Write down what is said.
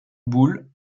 bull